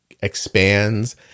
expands